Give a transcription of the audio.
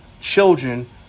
children